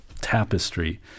tapestry